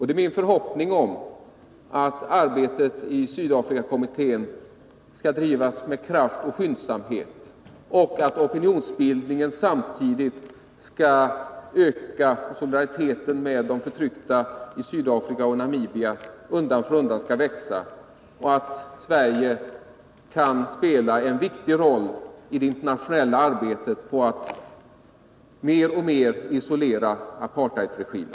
Det är min förhoppning att arbetet i Sydafrikakommittén skall bedrivas med kraft och skyndsamhet och att opinionsbildningen samtidigt skall bidra till att solidariteten med de förtryckta i Sydafrika och Namibia undan för undan ökar. Vidare hoppas jag att Sverige kan spela en viktig roll i det internationella arbetet på att mer och mer isolera apartheidregimen.